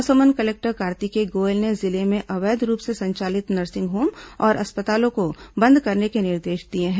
Mahasamund collector Kartikeya Goyal ने जिले में अवैध रूप से संचालित नर्सिंग होम और अस्पतालों को बंद करने के निर्देश दिए हैं